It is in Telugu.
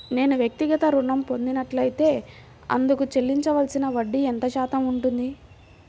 నేను వ్యక్తిగత ఋణం పొందినట్లైతే అందుకు చెల్లించవలసిన వడ్డీ ఎంత శాతం ఉంటుంది?